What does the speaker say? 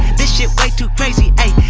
this shit way too crazy